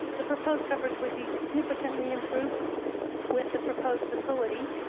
the proposed coverage would be significantly improved with the proposed facility.